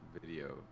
video